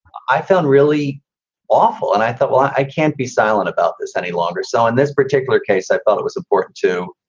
i found really awful. and i thought, well, i can't be silent about this any longer. so in this particular case, i felt it was important to.